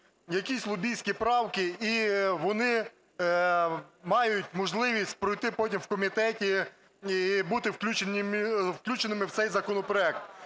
якісь лобістські правки, і вони мають можливість пройти потім в комітеті і бути включеними в цей законопроект.